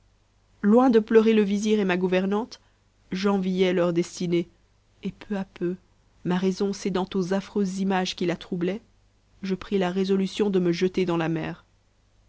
loin de pleurer le vizir et ma gouvernante j'enviais leur destinée et peu à peu ma raison cédant aux affreuses images qui la troublaient je pris la résolution de me jeter dans la mer